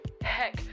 Heck